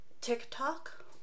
TikTok